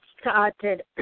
started